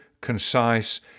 concise